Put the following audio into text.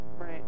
Right